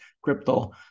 crypto